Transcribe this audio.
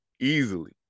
easily